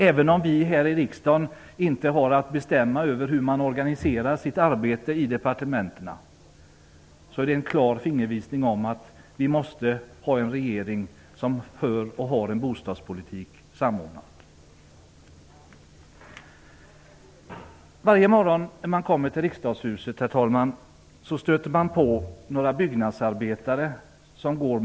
Även om vi här i riksdagen inte har att bestämma över hur man i departementen organiserar sitt arbete är detta en klar fingervisning om att vi måste ha en regering som för, och har, en bostadspolitik samordnat. Varje morgon när man kommer till Riksdagshuset stöter man på några byggnadsarbetare här utanför.